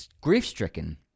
grief-stricken